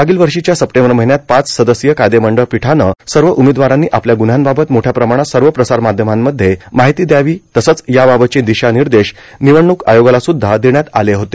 मागील वर्षीच्या सप्टेंबर महिन्यात पाच सदस्यीय कायदेमंडळ पीठानं सर्व उमेदवारांनी आपल्या गुन्ह्यांबाबत मोठ्या प्रमाणांत सर्व प्रसारमाध्यमांमध्ये माहिती द्यावी तसंच याबाबतचे दिशानिर्देश निवडणूक आयोगाला सुद्धा देण्यात आले होते